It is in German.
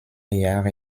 jahre